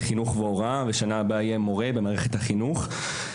ובשנה הבאה אהיה מורה במערכת החינוך.